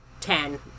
ten